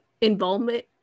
involvement